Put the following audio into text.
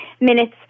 minutes